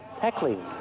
heckling